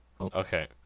Okay